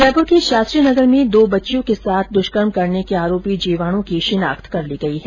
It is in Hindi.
जयपुर के शास्त्रीनगर में दो बच्चियों से दुष्कर्म करने के आरोपी जीवाणु की शिनाख्त कर ली गई है